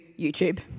YouTube